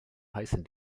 heißen